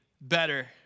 better